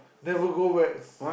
never go back